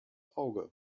auge